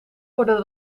worden